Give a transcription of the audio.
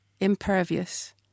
impervious